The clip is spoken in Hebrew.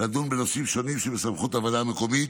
לדון בנושאים שונים שבסמכות הוועדה המקומית,